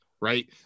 right